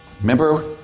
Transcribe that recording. Remember